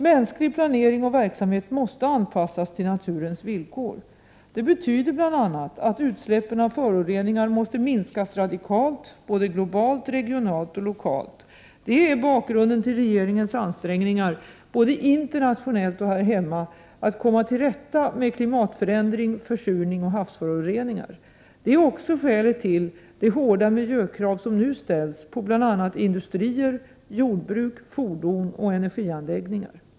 Mänsklig planering och verksamhet måste anpassas till naturens villkor. Det betyder bl.a. att utsläppen av föroreningar måste minskas radikalt både globalt, regionalt och lokalt. Det är bakgrunden till regeringens ansträngningar både internationellt och här hemma att komma till rätta med klimatförändring, försurning och havsföroreningar. Det är också skälet till de hårda miljökrav som nu ställts på bl.a. industrier, jordbruk, fordon och energianläggningar.